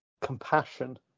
compassion